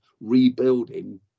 rebuilding